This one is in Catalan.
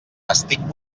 estic